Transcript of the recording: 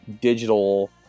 digital